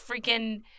freaking